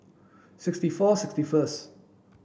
sixty four sixty first